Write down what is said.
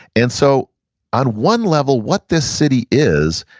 and so on one level what this city is,